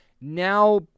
Now